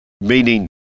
meaning